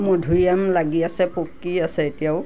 মধুৰিআম লাগি আছে পকী আছে এতিয়াও